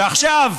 ועכשיו,